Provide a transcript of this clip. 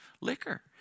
liquor